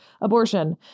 abortion